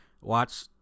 watch